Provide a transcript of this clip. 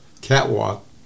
catwalk